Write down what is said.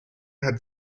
had